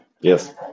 Yes